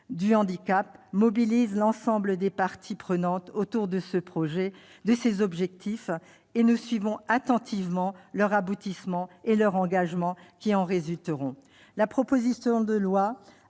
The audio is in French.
du handicap mobilisent l'ensemble des parties prenantes autour de ces objectifs. Nous suivrons attentivement leur aboutissement et les engagements qui en résulteront. La proposition de loi